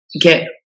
get